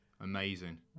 amazing